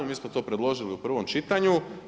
Mi smo to predložili u prvom čitanju.